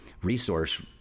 resource